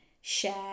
share